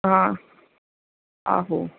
हां आहो